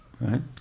Right